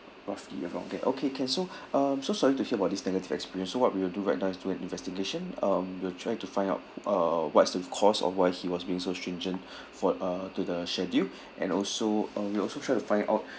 roughly around there okay can so um so sorry to hear about this negative experience so what we will do right now is do an investigation um we'll try to find out uh what's the cause of why he was being so stringent for uh to the schedule and also uh we also try to find out